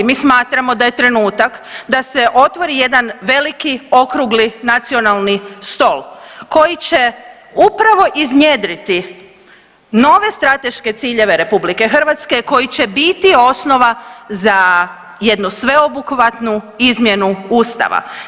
Mi smatramo da je trenutak da se otvori jedan veliki okrugli nacionalni stol koji će upravo iznjedriti nove strateške ciljeve RH koji će biti osnova za jednu sveobuhvatnu izmjenu Ustava.